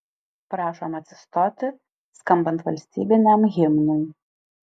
prašom atsistoti skambant valstybiniam himnui